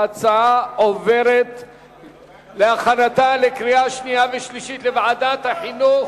ההצעה עוברת להכנתה לקריאה שנייה ולקריאה שלישית לוועדת החינוך.